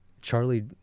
Charlie